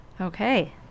Okay